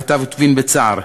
כתב טוויין בצער,